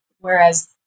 whereas